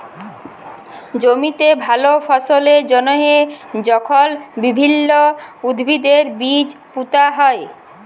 জমিতে ভাল ফললের জ্যনহে যখল বিভিল্ল্য উদ্ভিদের বীজ পুঁতা হ্যয়